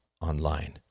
online